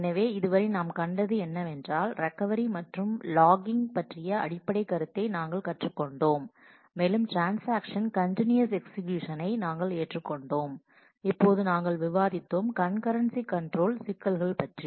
எனவே இதுவரை நாம் கண்டது என்னவென்றால் ரெக்கவரி மற்றும் லாக்கிங் பற்றிய அடிப்படைக் கருத்தை நாங்கள் கற்றுக் கொண்டோம் மேலும் ட்ரான்ஸாக்ஷன்ஸ் கன்டினியூயஸ் எக்ஸ்ஸிகூஷனை நாங்கள் ஏற்றுக்கொண்டோம் இப்போது நாங்கள் விவாதித்தோம் கண்கரண்சி கண்ட்ரோல் சிக்கல்கள் பற்றி